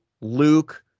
Luke